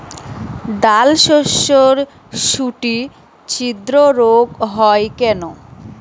ডালশস্যর শুটি ছিদ্র রোগ হয় কেন?